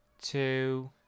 two